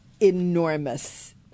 enormous